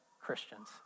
Christians